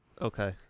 Okay